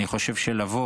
אני חושב שלבוא